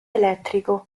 elettrico